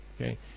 okay